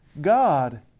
God